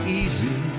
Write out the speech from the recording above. easy